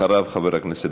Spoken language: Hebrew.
חברי חברי הכנסת,